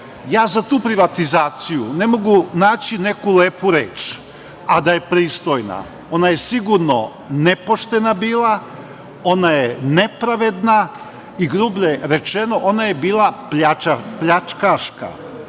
Ja za tu privatizaciju ne mogu tražiti neku lepu reč, a da je pristojna. Ona je sigurno nepoštena bila. Ona je nepravedna i, grublje rečeno, ona je bila pljačkaška. Ko